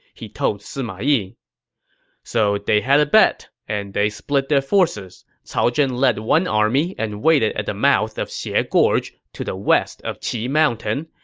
he told sima yi so they had a bet, and they split their forces. cao zhen led one army and waited at the mouth of xie ah gorge to the west of qi mountain,